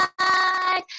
right